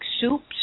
soups